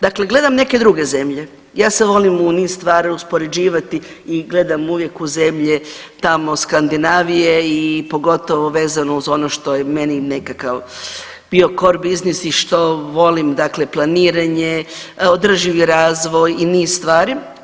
Dakle gledam neke druge zemlje, ja se volim u niz stvari uspoređivati i gledam uvijek u zemlje tamo, Skandinavije i pogotovo vezano uz ono što je meni nekakav bio core biznis i što volim, dakle, planiranje, održivi razvoj i niz stvari.